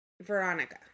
Veronica